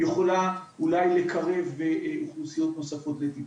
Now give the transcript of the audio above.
יכולה אולי לקרב אוכלוסיות נוספות לטיפול.